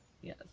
yes